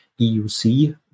EUC